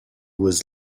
was